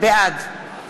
בעד